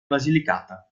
basilicata